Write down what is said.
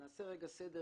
נעשה רגע סדר